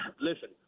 Listen